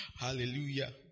Hallelujah